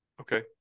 Okay